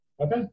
Okay